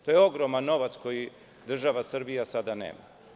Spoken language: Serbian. To je ogroman novac koji država Srbija sada nema.